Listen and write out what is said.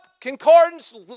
concordance